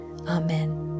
Amen